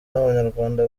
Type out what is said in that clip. n’abanyarwanda